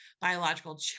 biological